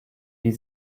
wie